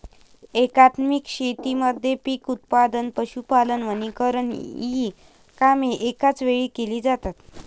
एकात्मिक शेतीमध्ये पीक उत्पादन, पशुपालन, वनीकरण इ कामे एकाच वेळी केली जातात